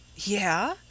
Yeah